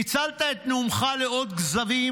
ניצלת את נאומך לעוד כזבים,